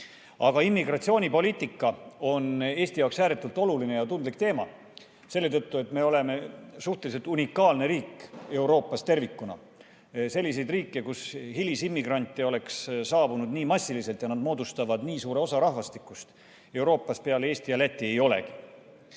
Aga immigratsioonipoliitika on Eesti jaoks ääretult oluline ja tundlik teema selle tõttu, et me oleme suhteliselt unikaalne riik Euroopas tervikuna. Selliseid riike, kuhu hilisimmigrante on saabunud nii massiliselt ja nad moodustavad nii suure osa rahvastikust, Euroopas peale Eesti ja Läti ei olegi,